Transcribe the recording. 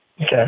Okay